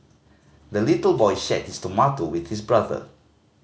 the little boy shared his tomato with his brother